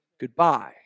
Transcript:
goodbye